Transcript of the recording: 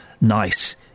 nice